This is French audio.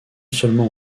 seulement